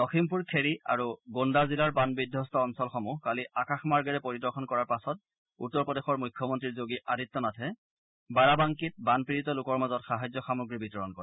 লখিমপুৰ খেড়ী আৰু গোণ্ডা জিলাৰ বান বিধবস্ত অঞ্চলসমূহ কালি আকাশমাৰ্গেৰে পৰিদৰ্শন কৰাৰ পাছত উত্তৰ প্ৰদেশৰ মুখ্যমন্তী যোগী আদিত্যনাথে বাৰাবাংকিত বানপীড়িত লোকৰ মাজত সাহায্য সামগ্ৰী বিতৰণ কৰে